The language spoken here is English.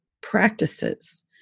practices